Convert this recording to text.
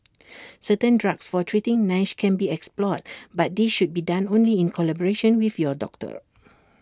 certain drugs for treating Nash can be explored but this should be done only in collaboration with your doctor